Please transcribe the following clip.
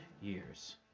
years